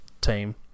team